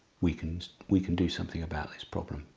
we can we can do something about this problem,